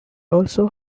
also